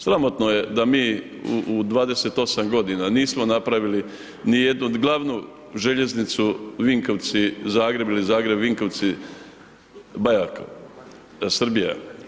Sramotno je da mi u 28 g. nismo napravili ni jednu glavnu željeznicu Vinkovci Zagreb ili Zagreb Vinkovci … Srbija.